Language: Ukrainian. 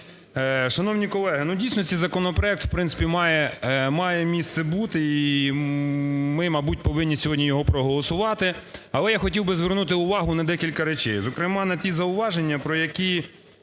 Шановні колеги, в дійсності законопроект в принципі має місце бути і ми, мабуть, повинні сьогодні його проголосувати. Але я хотів би звернути увагу на декілька речей, зокрема, на ті зауваження, які